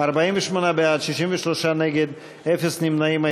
48 בעד, 63 נגד, אפס נמנעים.